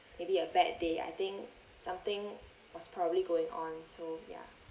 maybe a bad day I think something was probably going on so yeah